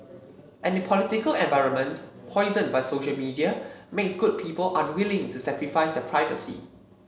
and the political environment poisoned by social media makes good people unwilling to sacrifice their privacy